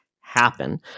happen